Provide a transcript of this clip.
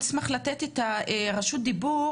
אז אני מאוד אשמח לתת את רשות הדיבור